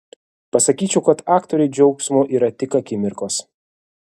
pasakyčiau kad aktoriui džiaugsmo yra tik akimirkos